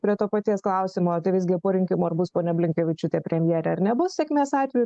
prie to paties klausimo tai visgi po rinkimų ar bus ponia blinkevičiūtė premjerė ar nebus sėkmės atveju